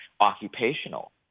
occupational